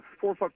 four